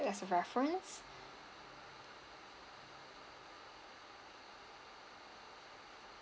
as a reference